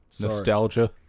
Nostalgia